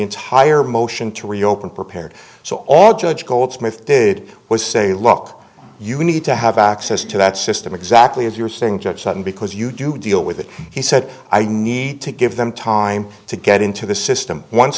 entire motion to reopen prepared so all judge goldsmith did was say look you need to have access to that system exactly as you were saying judge sudden because you do deal with it he said i need to give them time to get into the system once